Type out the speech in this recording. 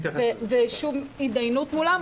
ושום הידיינות מולם.